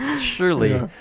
Surely